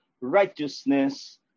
righteousness